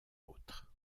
autres